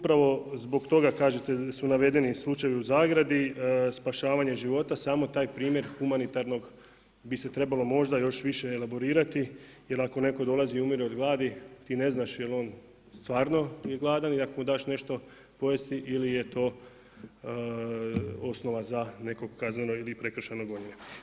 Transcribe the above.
Upravo zbog toga kažete su navedeni slučajevi u zagradi, spašavanje života, samo taj primjer humanitarnog bi se trebalo možda još više elaborirati jer ako netko dolazi, umire od gladi, ti ne znam je li on stvarno je gladan i ako mu daš nešto pojesti ili je to osnova za neko kazneno ili prekršajno gonjenje.